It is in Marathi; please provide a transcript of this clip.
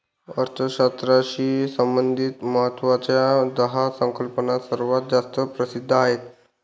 अर्थशास्त्राशी संबंधित महत्वाच्या दहा संकल्पना सर्वात जास्त प्रसिद्ध आहेत